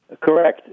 Correct